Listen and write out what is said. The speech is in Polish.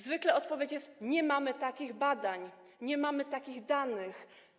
Zwykle odpowiedź brzmi: nie mamy takich badań, nie mamy takich danych.